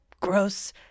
gross